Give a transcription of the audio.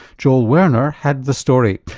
joel werner had the story.